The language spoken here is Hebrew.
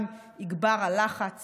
גם יגבר הלחץ